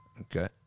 Okay